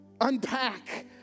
unpack